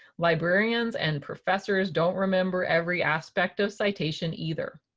librarians and professors don't remember every aspect of citation either.